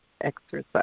exercise